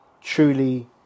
truly